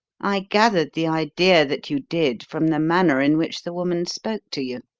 i gathered the idea that you did from the manner in which the woman spoke to you.